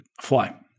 fly